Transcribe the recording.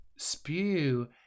spew